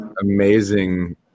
amazing